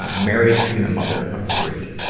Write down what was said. ah married and a mother of three.